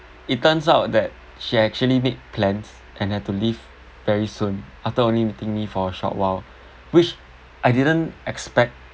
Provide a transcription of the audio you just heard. it turns out that she actually made plans and had to leave very soon after only meeting me for a short while which I didn't expect